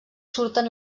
surten